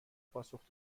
پاسخ